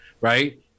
Right